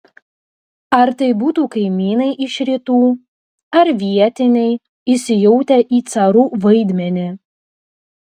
ar tai būtų kaimynai iš rytų ar vietiniai įsijautę į carų vaidmenį